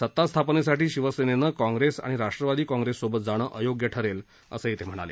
सत्तास्थापनेसाठी शिवसेनेनं काँग्रेस आणि राष्ट्रवादी काँग्रेससोबत जाणं अयोग्य ठरेल असंही ते म्हणाले